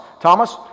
Thomas